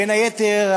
בין היתר,